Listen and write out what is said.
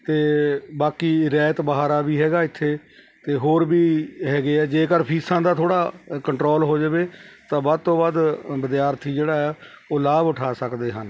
ਅਤੇ ਬਾਕੀ ਰਹਿਤ ਬਹਾਰਾ ਵੀ ਹੈਗਾ ਇੱਥੇ ਅਤੇ ਹੋਰ ਵੀ ਹੈਗੇ ਹੈ ਜੇਕਰ ਫੀਸਾਂ ਦਾ ਥੋੜ੍ਹਾ ਕੰਟਰੋਲ ਹੋ ਜਾਵੇ ਤਾਂ ਵੱਧ ਤੋਂ ਵੱਧ ਵਿਦਿਆਰਥੀ ਜਿਹੜਾ ਆ ਉਹ ਲਾਭ ਉਠਾ ਸਕਦੇ ਹਨ